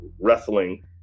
wrestling